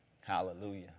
Hallelujah